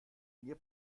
mir